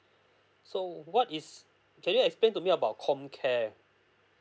so what is can you explain to me about comcare